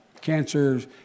cancers